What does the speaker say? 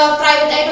private